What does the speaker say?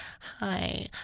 Hi